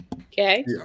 Okay